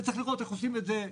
וצריך לראות איך עושים את זה.